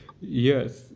Yes